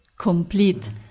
complete